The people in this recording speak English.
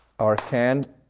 our can,